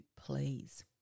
please